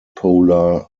polar